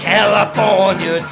California